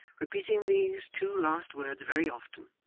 repeating these two last words very often,